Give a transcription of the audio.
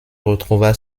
retrouva